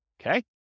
Okay